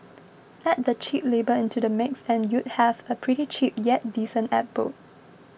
add the cheap labour into the mix and you'd have a pretty cheap yet decent abode